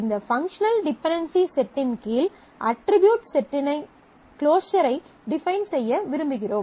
இந்த functional dependency செட்டின் கீழ் அட்ரிபியூட் செட்டின் க்ளோஸர் ஐ டிஃபைன் செய்ய விரும்புகிறோம்